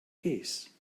case